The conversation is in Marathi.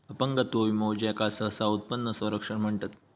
अपंगत्व विमो, ज्याका सहसा उत्पन्न संरक्षण म्हणतत